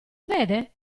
vede